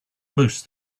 most